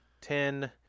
ten